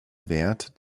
wert